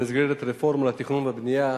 במסגרת רפורמה לתכנון ולבנייה,